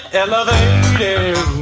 elevated